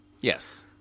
Yes